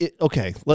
okay